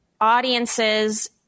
audiences